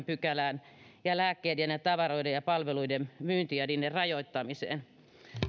pykälään ja lääkkeiden ja tavaroiden ja palveluiden myyntiin ja niiden rajoittamiseen